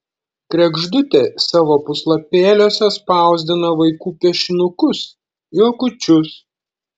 kregždutė savo puslapėliuose spausdina vaikų piešinukus juokučius